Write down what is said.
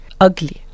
ugly